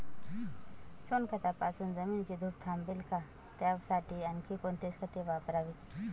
सोनखतापासून जमिनीची धूप थांबेल का? त्यासाठी आणखी कोणती खते वापरावीत?